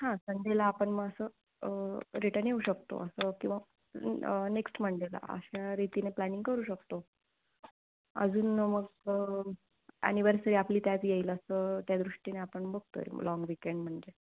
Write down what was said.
हां संडेला आपण मग असं रिटर्न येऊ शकतो असं किंवा नेक्स्ट मंडेला अशारितीने प्लॅनिंग करू शकतो अजून मग ॲनिवर्सरी आपली त्यात येईल असं त्या दृष्टीने आपण बघतो आहे लाँग विकेंड म्हणजे